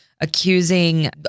accusing